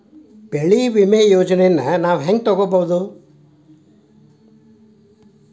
ಬೆಳಿ ವಿಮೆ ಯೋಜನೆನ ನಾವ್ ಹೆಂಗ್ ತೊಗೊಬೋದ್?